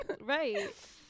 right